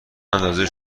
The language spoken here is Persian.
اندازه